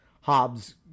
Hobbes